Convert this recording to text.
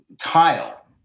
tile